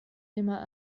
immer